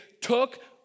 took